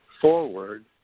forward